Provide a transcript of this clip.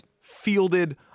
fielded